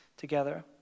Together